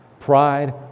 Pride